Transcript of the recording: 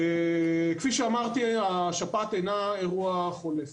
כפי שאמרתי, השפעת אינה אירוע חולף.